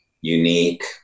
unique